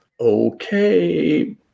okay